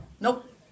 Nope